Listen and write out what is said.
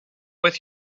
with